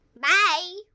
Bye